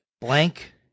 Blank